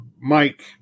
Mike